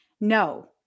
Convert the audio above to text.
no